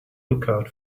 lookout